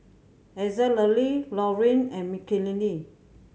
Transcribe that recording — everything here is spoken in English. Azalee Loreen and Mckinley